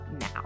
now